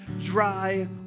dry